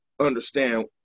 understand